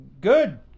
good